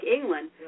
England